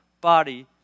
body